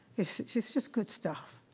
it's just just good stuff,